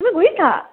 তুমি গৈছা